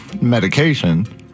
medication